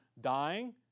dying